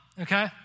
Okay